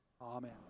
amen